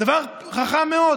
דבר חכם מאוד,